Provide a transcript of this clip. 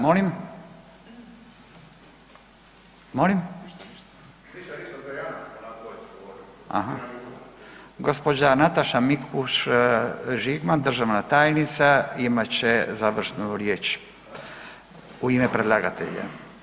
Molim? … [[Upadica se ne razumije.]] Gospođa Nataša Mikuš Žigman, državna tajnica imat će završnu riječ u ime predlagatelja.